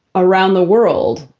around the world,